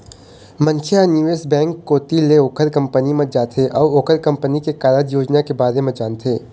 मनखे ह निवेश बेंक कोती ले ओखर कंपनी म जाथे अउ ओखर कंपनी के कारज योजना के बारे म जानथे